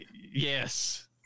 Yes